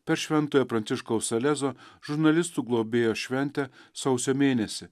per šventojo pranciškaus salezo žurnalistų globėjo šventę sausio mėnesį